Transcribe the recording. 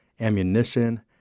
ammunition